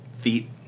feet